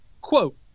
quote